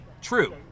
true